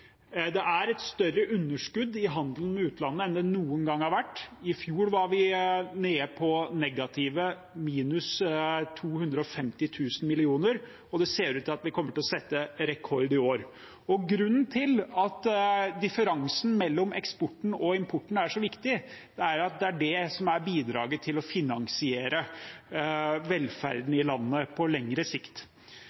Det er et større underskudd i handelen med utlandet enn det noen gang har vært. I fjor var vi nede på negative minus 250 000 mill. kr, og det ser ut til at vi kommer til å sette rekord i år. Grunnen til at differansen mellom eksport og import er så viktig, er at det er det som er bidraget til å finansiere velferden